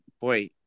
Boy